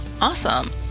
Awesome